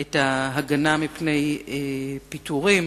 את ההגנה מפני פיטורים,